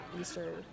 easter